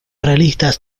realistas